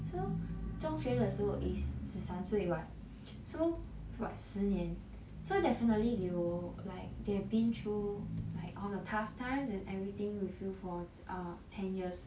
so 中学的时候 is 十三岁 [what] so what 十年 so definitely they will like they've been through like all the tough times and everything with you for err ten years